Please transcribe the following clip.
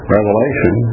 Revelation